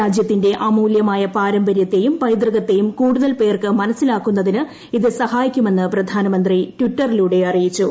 രാജ്യത്തിന്റെ അമൂല്യമായ പാരമ്പര്യത്തെയും പൈതൃകത്തെയും കൂടുതൽ പേർക്ക് മനസിലാക്കുന്നതിന് ഇത് സഹായിക്കുമെന്ന് പ്രധാനമന്ത്രി ടിറ്ററിലൂടെ അറിയിച്ചു